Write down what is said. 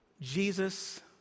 Jesus